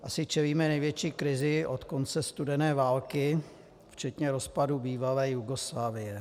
Asi čelíme největší krizi od konce studené války, včetně rozpadu bývalé Jugoslávie.